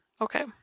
Okay